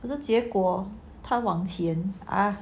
可是结果它往前